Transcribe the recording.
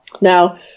Now